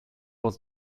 was